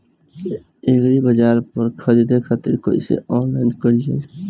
एग्रीबाजार पर खरीदे खातिर कइसे ऑनलाइन कइल जाए?